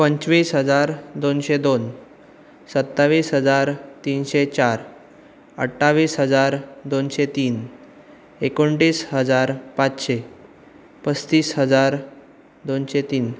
पंचवीस हजार दोनशें दोन सत्तावीस हजार तिनशें चार अठ्ठावीस हजार दोनशें तीन एकुणतीस हजार पाचशें पस्तीस हजार दोनशें तीन